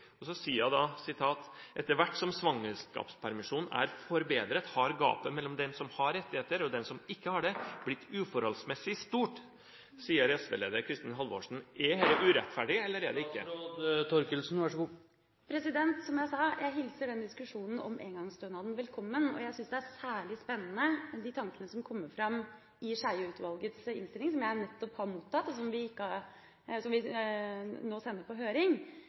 da: «Etter hvert som svangerskapspermisjonen er forbedret, har gapet mellom dem som har rettigheter og dem som ikke har det, blitt uforholdsmessig stort.» Er dette urettferdig, eller er det ikke? Som jeg sa: Jeg hilser denne diskusjonen om engangsstønaden velkommen. Jeg syns det er særlig spennende med de tankene som kommer fram i Skjeie-utvalgets innstilling som jeg nettopp har mottatt, og som vi nå sender på høring, men som vi ikke har tatt opp til behandling i regjeringa foreløpig. De fikk som mandat å se på